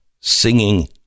singing